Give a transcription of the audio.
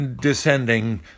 Descending